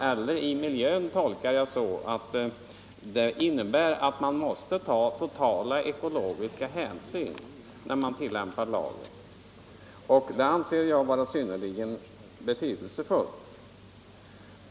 ”---eller i miljön” tolkar jag så, att man måste ta allmänna ekologiska hänsyn när man tillämpar lagen, och det anser jag vara synnerligen betydelsefullt.